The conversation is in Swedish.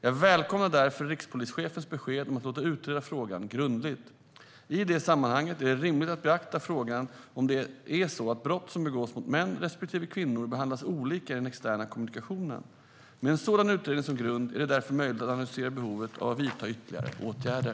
Jag välkomnar därför rikspolischefens besked om att låta utreda frågan grundligt. I det sammanhanget är det rimligt att beakta frågan om det är så att brott som begås mot män respektive kvinnor behandlas olika i den externa kommunikationen. Med en sådan utredning som grund är det därefter möjligt att analysera behovet av att vidta ytterligare åtgärder.